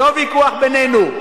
לא ויכוח בינינו.